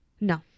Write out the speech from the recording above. No